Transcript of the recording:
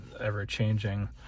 ever-changing